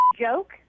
joke